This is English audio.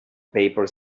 paper